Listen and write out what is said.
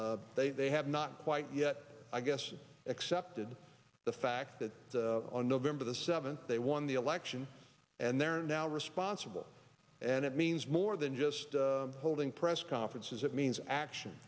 they have not quite yet i guess accepted the fact that on november the seventh they won the election and they are now responsible and it means more than just holding press conferences it means action